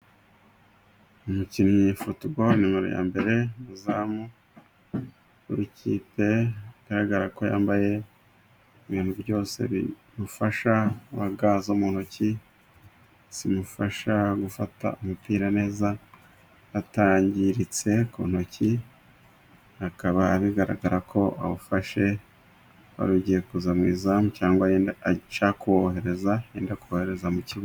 Umukinnyi wa futubolo numero ya mbere zamu w'ikipe bigaragarako yambaye ibintu byose bimufasha ga zo mu ntoki, zimufasha gufata umupira neza atangiritse ku ntoki ,akaba bigaragarako awufashe warugiye kuza mu izamu cyangwa Wenda ashaka kuwohereza kohereza mu kibuga